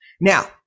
Now